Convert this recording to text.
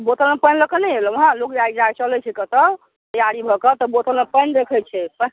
बोतलमे पानि लऽ कऽ नहि एलौहँ लोक जाइ चलै छै कतौ तैयारी भऽ कऽ तऽ बोतलमे पानि रखै छै